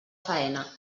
faena